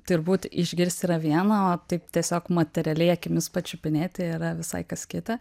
turbūt išgirsti yra viena o taip tiesiog materialiai akimis pačiupinėti yra visai kas kita